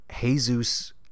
Jesus